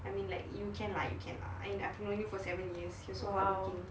I mean like you can I can lah I have known you for seven years you're so hardworking